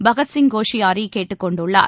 பகத்சிங் கோஷியாரி கேட்டுக் கொண்டுள்ளார்